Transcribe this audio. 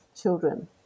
children